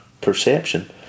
perception